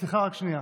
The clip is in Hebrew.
סליחה, רק שנייה.